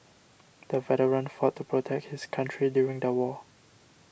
the veteran fought to protect his country during the war